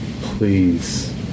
Please